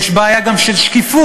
יש בעיה גם של שקיפות: